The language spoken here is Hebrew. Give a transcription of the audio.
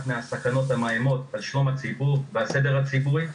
מהסכנות המאיימות על שלום הציבור והסדר הציבורי,